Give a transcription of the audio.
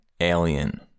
alien